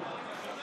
משום דבר.